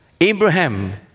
Abraham